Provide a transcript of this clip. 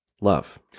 love